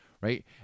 right